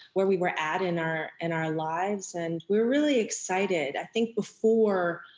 where we were at in our in our lives. and, we were really excited. i think before,